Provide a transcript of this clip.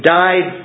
died